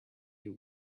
you